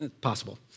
Possible